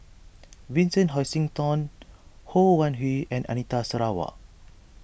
Vincent Hoisington Ho Wan Hui and Anita Sarawak